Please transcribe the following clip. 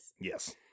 Yes